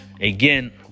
again